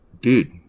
dude